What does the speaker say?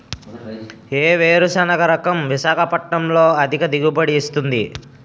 ఏ వేరుసెనగ రకం విశాఖపట్నం లో అధిక దిగుబడి ఇస్తుంది?